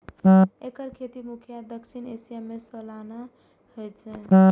एकर खेती मुख्यतः दक्षिण एशिया मे सालाना होइ छै